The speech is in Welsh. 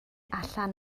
allan